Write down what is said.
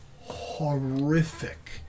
horrific